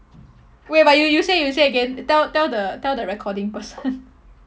wait but you you say you say again tell tell the tell the recording person